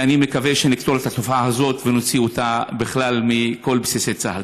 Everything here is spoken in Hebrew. ואני מקווה שנקטול את התופעה הזאת ונוציא אותה בכלל מכל בסיסי צה"ל.